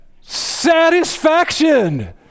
Satisfaction